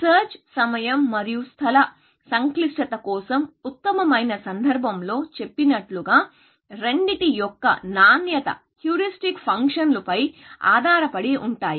search సమయం మరియు స్థల సంక్లిష్టత కోసం ఉత్తమమైన సందర్భంలో చెప్పినట్లుగా రెండింటి యొక్క నాణ్యత హ్యూరిస్టిక్ ఫంక్షన్ లు పై ఆధారపడి ఉంటాయి